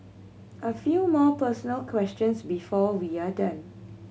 a few more personal questions before we are done